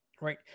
Right